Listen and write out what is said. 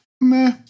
meh